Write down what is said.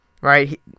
right